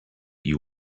you